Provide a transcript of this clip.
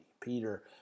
Peter